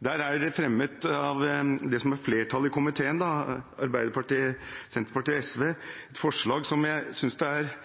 Det er fremmet av det som er et flertall i komiteen, Arbeiderpartiet, Senterpartiet og SV, et forslag som jeg synes det er